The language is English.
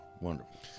Wonderful